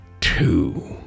two